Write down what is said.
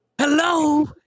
Hello